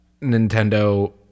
Nintendo